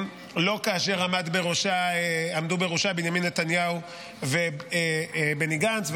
לא כאשר עמדו בראשה בנימין נתניהו ובני גנץ,